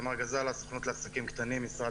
אני יודע